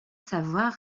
savoir